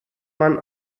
man